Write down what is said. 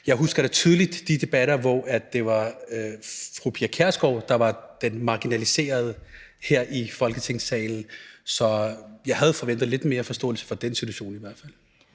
Jeg husker da tydeligt de debatter, hvor det var fru Pia Kjærsgaard, der var den marginaliserede her i Folketingssalen. Så jeg havde forventet lidt mere forståelse for den situation, i hvert fald.